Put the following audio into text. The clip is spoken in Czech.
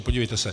Podívejte se.